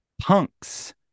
Punks